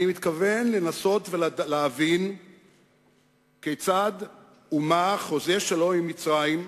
אני מתכוון לנסות ולהבין כיצד ומה חוזה שלום עם מצרים,